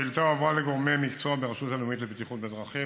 השאילתה הועברה לגורמי מקצוע ברשות הלאומית לבטיחות בדרכים,